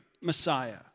Messiah